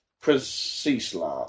Precisely